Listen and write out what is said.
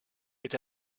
est